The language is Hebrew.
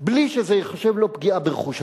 בלי שזה ייחשב לו פגיעה ברכוש הציבור.